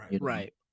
right